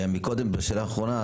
מקודם בשאלה האחרונה,